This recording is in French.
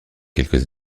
quelques